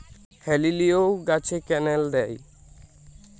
হেলিলিও গাছে ক্যানেল দেয়?